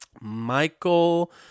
Michael